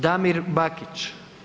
Damir Bakić.